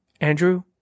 Andrew